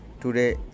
today